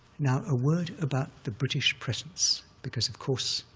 now, a word about the british presence because, of course,